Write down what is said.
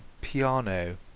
Piano